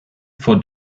for